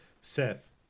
Seth